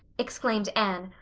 exclaimed anne,